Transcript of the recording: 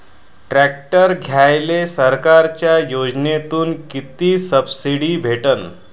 Tractor घ्यायले सरकारच्या योजनेतून किती सबसिडी भेटन?